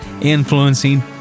influencing